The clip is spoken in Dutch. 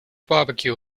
barbecue